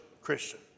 Christian